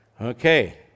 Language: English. Okay